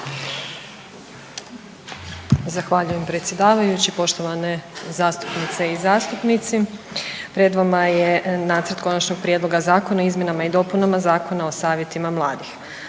Zahvaljujem predsjedavajući, poštovane zastupnice i zastupnici. Pred vama je nacrt Konačnog prijedloga zakona o izmjenama i dopunama Zakona o savjetima mladih.